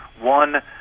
one